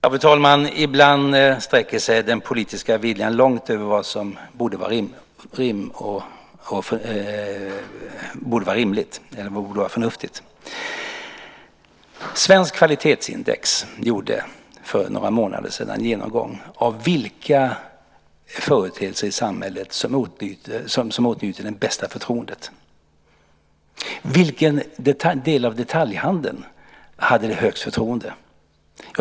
Fru talman! Ibland sträcker sig den politiska viljan långt över vad som borde vara rimligt och förnuftigt. Svensk kvalitetsindex gjorde för några månader sedan en genomgång av vilka företeelser i samhället som åtnjuter det bästa förtroendet. Vilken del av detaljhandeln hade högst förtroende?